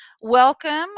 Welcome